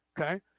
Okay